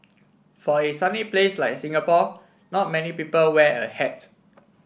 for a sunny place like Singapore not many people wear a hat